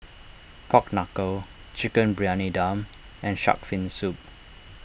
Pork Knuckle Chicken Briyani Dum and Shark's Fin Soup